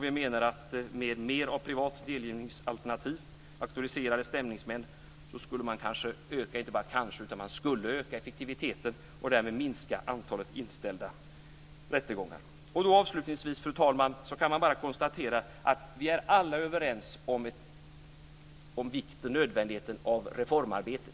Vi menar att man med mer av privata delgivningsalternativ och auktoriserade stämningsmän skulle öka effektiviteten och därmed minska antalet inställda rättegångar. Avslutningsvis, fru talman, kan man bara konstatera att vi är alla överens om vikten och nödvändigheten av reformarbete.